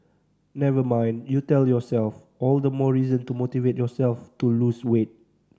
never mind you tell yourself all the more reason to motivate yourself to lose weight